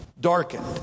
darkened